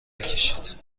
بکشید